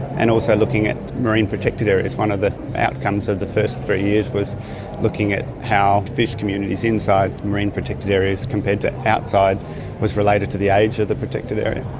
and also looking at marine protected areas. one of the outcomes of the first three years was looking at how fish communities inside marine protected areas compared to outside was related to the age of the protected area,